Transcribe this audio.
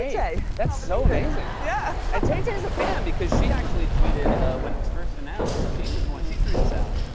yeah that's so amazing. yeah and tay-tay's a fan, because she actually tweeted when it was first announced. she was the one she threw this out.